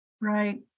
Right